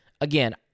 Again